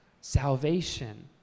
Salvation